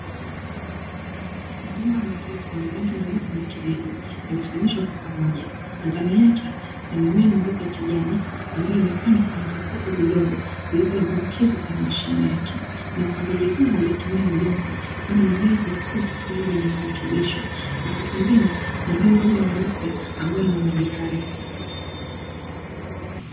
Mabomba marefu yenye rangi nyeupe na kijivu yamesimamishwa kwa pamoja. Na ndani yake kuna mimea midogo ya kijani ambayo imepandwa kwenye vikopo vidogo vilivyodumbukizwa kwenye mashimo yake. Na upandaji huu haujatumia udongo, kwani mimea hukuwa kwa kutumia maji yenye virutubisho na kwa pembeni kuna ndoo ndogo nyeupe ambayo ina maji hayo.